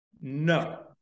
No